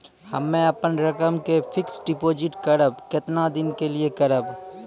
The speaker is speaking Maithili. हम्मे अपन रकम के फिक्स्ड डिपोजिट करबऽ केतना दिन के लिए करबऽ?